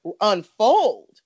unfold